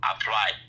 apply